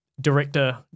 director